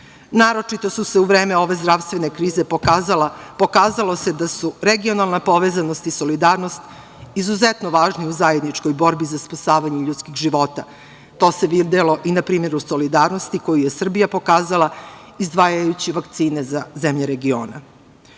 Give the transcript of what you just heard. Naročito se u vreme ove zdravstvene krize pokazalo da su regionalna povezanost i solidarnost izuzetno važni u zajedničkoj borbi za spasavanje ljudskih života. To se videlo i na primeru solidarnosti koju je Srbija pokazala izdvajajući vakcine za zemlje regiona. Budući